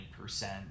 percent